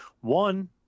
one